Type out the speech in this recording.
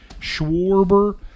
Schwarber